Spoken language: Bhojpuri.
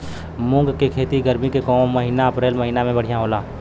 मुंग के खेती गर्मी के मौसम अप्रैल महीना में बढ़ियां होला?